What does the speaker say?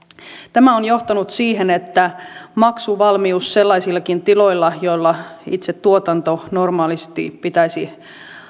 tämä on johtanut siihen että maksuvalmius sellaisillakin tiloilla joilla itse tuotannon normaalisti pitäisi